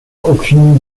aucune